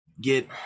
get